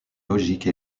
logiques